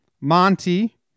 Monty